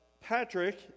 Patrick